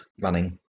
running